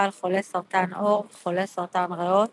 על חולי סרטן עור וחולי סרטן ריאות.